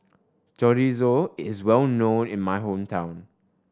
Chorizo is well known in my hometown